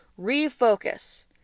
refocus